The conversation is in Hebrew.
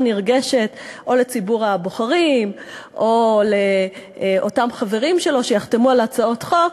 נרגשת לציבור הבוחרים או לאותם חברים שלו שיחתמו על הצעות חוק,